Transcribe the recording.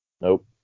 Nope